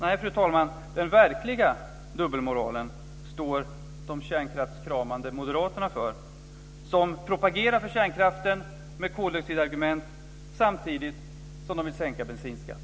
Nej, fru talman, den verkliga dubbelmoralen står de kärnkraftskramande moderaterna för som propagerar för kärnkraften med koldioxidargument samtidigt som de vill sänka bensinskatten.